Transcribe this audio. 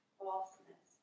falseness